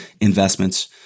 investments